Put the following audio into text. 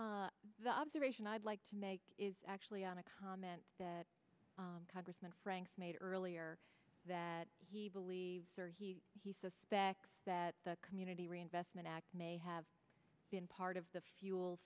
observation observation i'd like to make is actually on a comment that congressman franks made earlier that he believes or he he suspects that the community reinvestment act may have been part of the fuel